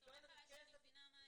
אתה סומך עליי שאני מבינה מהר.